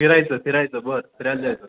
फिरायचं फिरायचं बस फिरायला जायचं